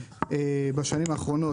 בשנים האחרונות,